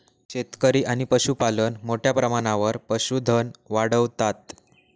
शेतकरी आणि पशुपालक मोठ्या प्रमाणावर पशुधन वाढवतात